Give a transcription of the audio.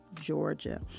Georgia